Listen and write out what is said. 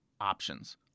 options